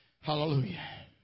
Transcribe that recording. Hallelujah